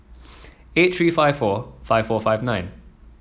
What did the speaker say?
eight three five four five four five nine